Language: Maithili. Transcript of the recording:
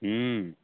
हम